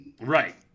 Right